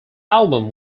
album